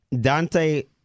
Dante